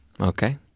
Okay